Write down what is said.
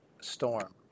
storm